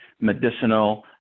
medicinal